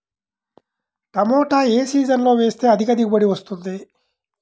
టమాటా ఏ సీజన్లో వేస్తే అధిక దిగుబడి వస్తుంది?